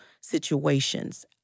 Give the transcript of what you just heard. situations